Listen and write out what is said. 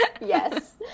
Yes